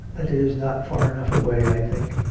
that is not far enough away, i think.